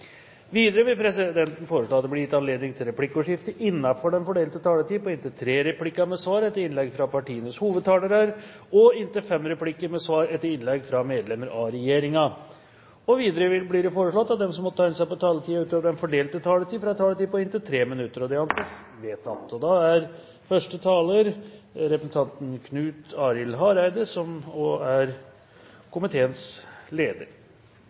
Videre vil presidenten foreslå at det blir gitt anledning til replikkordskifte på inntil tre replikker med svar etter innlegg fra partienes hovedtalere og inntil fem replikker med svar etter innlegg fra medlemmer av regjeringen innenfor den fordelte taletid. Videre blir det foreslått at de som måtte tegne seg på talerlisten utover den fordelte taletid, får en taletid på inntil 3 minutter. – Det anses vedtatt. Eg valde å vere konstruktiv då regjeringa la fram sitt budsjett for transport- og